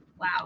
wow